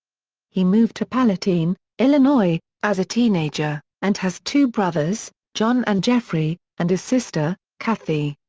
he moved to palatine, illinois, as a teenager, and has two brothers john and jeffrey, and a sister, kathy.